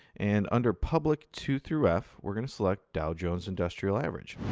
and under public two through f, we're going to select dow jones industrial average.